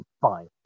fine